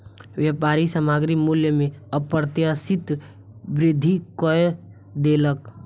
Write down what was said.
व्यापारी सामग्री मूल्य में अप्रत्याशित वृद्धि कय देलक